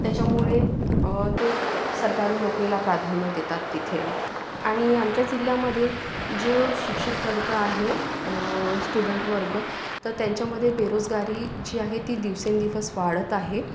त्याच्यामुळे ते सरकारी नोकरीला प्राधान्य देतात तिथे आणि आमच्या जिल्ह्यामध्ये जो शिक्षित वर्ग आहे स्टुडंट वर्ग तर त्यांच्यामध्ये बेरोजगारी जी आहे ती दिवसेंदिवस वाढत आहे